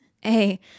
hey-